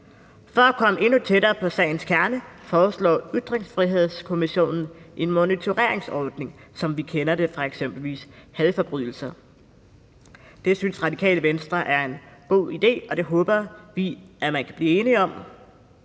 For at komme endnu tættere på sagens kerne foreslår Ytringsfrihedskommissionen en monitoreringsordning, som vi kender det fra eksempelvis hadforbrydelser. Det synes Radikale Venstre er en god idé, og det håber vi man kan blive enige om.